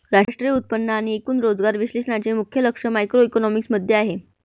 राष्ट्रीय उत्पन्न आणि एकूण रोजगार विश्लेषणाचे मुख्य लक्ष मॅक्रोइकॉनॉमिक्स मध्ये आहे